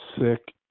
sick